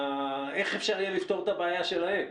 איך אפשר יהיה לפתור את הבעיה שלהם?